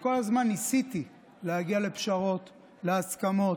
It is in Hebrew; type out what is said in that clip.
וכל הזמן ניסיתי להגיע לפשרות, להסכמות,